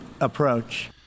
approach